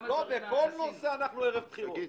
בכל נושא אנחנו ערב בחירות,